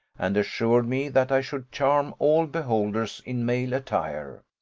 and assured me that i should charm all beholders in male attire.